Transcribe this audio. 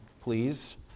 please